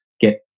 get